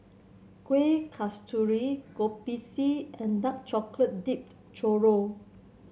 Kuih Kasturi Kopi C and Dark Chocolate Dipped Churro